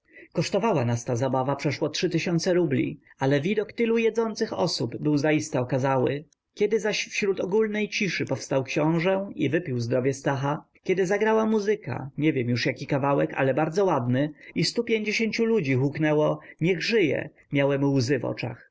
kosztowała nas ta zabawa przeszło rubli ale widok tylu jedzących osób był zaiste okazały kiedy zaś wśród ogólnej ciszy powstał książe i wypił zdrowie stacha kiedy zagrała muzyka nie wiem już jaki kawałek ale bardzo ładny i stupięćdziesięciu ludzi huknęło niech żyje miałem łzy w oczach